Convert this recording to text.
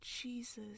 Jesus